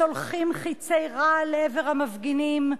שולחים חצי רעל לעבר המפגינים,